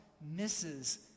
misses